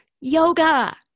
Yoga